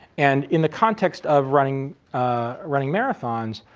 and in the context of running ah running marathons,